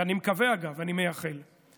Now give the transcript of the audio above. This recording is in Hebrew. אני מקווה, אגב, אני מייחל לכך.